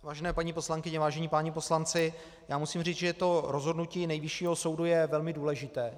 Vážené paní poslankyně, vážení páni poslanci, já musím říct, že to rozhodnutí Nejvyššího soudu je velmi důležité.